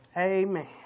Amen